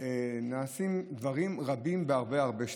נעשים דברים רבים בהרבה הרבה שטחים.